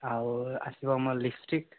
ଆଉ ଆସିବ ଆମର ଲିପ୍ଷ୍ଟିକ୍